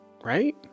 right